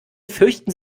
fürchten